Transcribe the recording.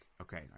okay